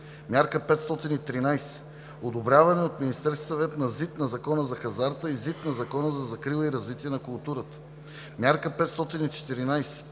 Мярка 513 – „Одобряване от Министерския съвет на ЗИД на Закона за хазарта и ЗИД на Закона за закрила и развитие на културата“; Мярка 514